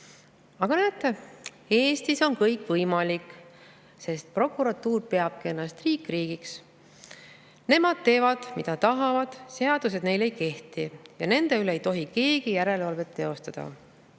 Aga näete, Eestis on kõik võimalik, sest prokuratuur peabki ennast riigiks riigis. Nemad teevad, mida tahavad, seadused neile ei kehti ja nende üle ei tohi keegi järelevalvet teostada.